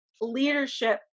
leadership